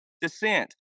descent